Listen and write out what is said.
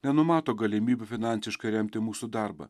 nenumato galimybių finansiškai remti mūsų darbą